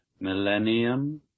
millennium